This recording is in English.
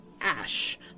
ash